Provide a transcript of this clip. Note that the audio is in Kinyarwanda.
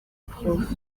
prof